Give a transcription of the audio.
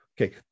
okay